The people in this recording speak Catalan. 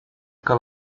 que